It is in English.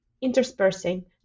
interspersing